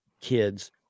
kids